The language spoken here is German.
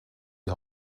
die